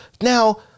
Now